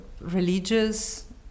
religious